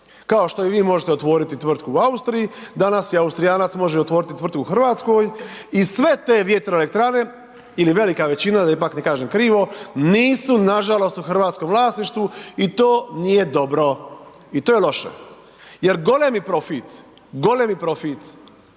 Kao što i vi možete otvoriti tvrtku u Austriji, danas i Austrijanac može otvoriti tvrtku u Hrvatskoj i sve te vjetroelektrane ili velika većina, da ipak ne kažem krivo, nisu nažalost, u hrvatskom vlasništvu i to nije dobro i to je loše. Jer golemi profit, golemi profit